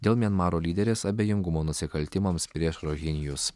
dėl mianmaro lyderės abejingumo nusikaltimams prieš rohinijus